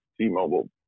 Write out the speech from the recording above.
T-Mobile